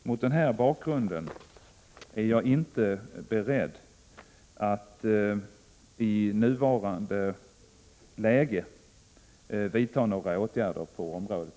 Mot den här bakgrunden är jag inte beredd att i nuvarande läge vidta några åtgärder på området.